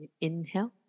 Inhale